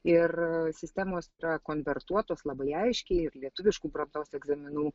ir sistemos yra konvertuotos labai aiškiai ir lietuviškų brandos egzaminų